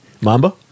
Mamba